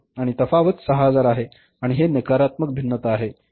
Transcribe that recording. आणि तफावत 6000 आहे आणि हे नकारात्मक भिन्नता आहे